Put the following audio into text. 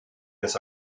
this